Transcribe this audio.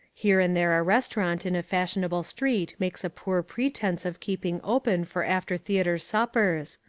here and there a restaurant in a fashionable street makes a poor pretence of keeping open for after theatre suppers.